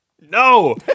No